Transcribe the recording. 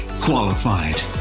qualified